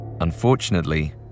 Unfortunately